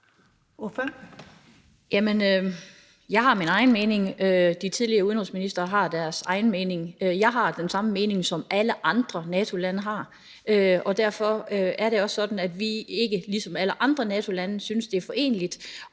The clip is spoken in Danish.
Jamen jeg har min egen mening; de tidligere udenrigsministre har deres egen mening. Jeg har den samme mening, som alle andre NATO-lande har. Og derfor er det også sådan, at vi – ligesom alle andre NATO-lande – ikke synes, at det er foreneligt